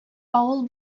авыл